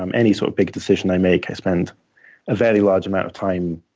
um any sort of big decision i make, i spend a very large amount of time